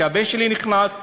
כשהבן שלי נכנס,